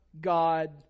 God